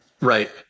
Right